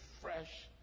fresh